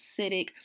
acidic